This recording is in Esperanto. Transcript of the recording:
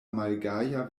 malgaja